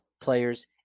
players